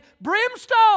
brimstone